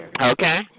okay